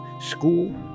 school